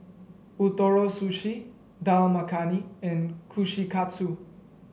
Ootoro Sushi Dal Makhani and Kushikatsu